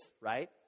right